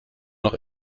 noch